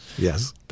Yes